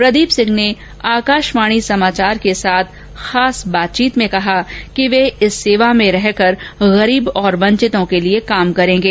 प्रदीप सिंह ने आकाशवाणी समाचार के साथ खास बातचीत में कहा कि वे इस सेवा में रहकर गरीब और वंचितों के लिए काम करेंगे